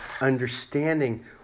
understanding